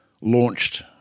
launched